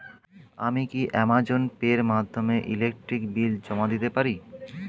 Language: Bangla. আমি কি অ্যামাজন পে এর মাধ্যমে ইলেকট্রিক বিল জমা দিতে পারি?